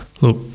look